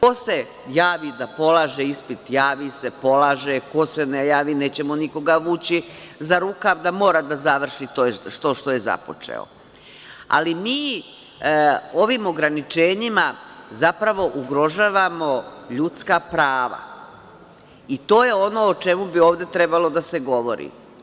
Ko se javi da polaže ispit, javi se, polaže, ko se ne javi nećemo nikoga vući za rukav da mora da završi to što je započeo, ali mi ovim ograničenjima zapravo ugrožavamo ljudska prava i to je ono o čemu bi ovde trebalo da se govori.